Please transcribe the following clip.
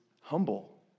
humble